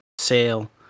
sale